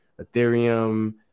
Ethereum